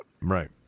Right